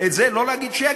את זה לא להגיד את זה.